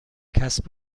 کسب